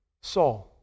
Saul